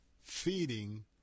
feeding